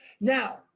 Now